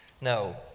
No